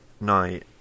night